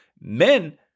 men